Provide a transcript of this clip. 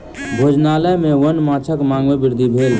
भोजनालय में वन्य माँछक मांग में वृद्धि भेल